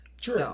True